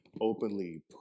openly